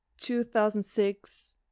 2006